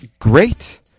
Great